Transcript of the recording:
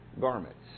garments